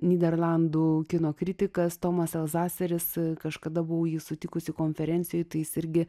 nyderlandų kino kritikas tomas alzaseris kažkada buvau jį sutikusi konferencijoj tai jis irgi